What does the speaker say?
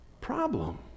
problem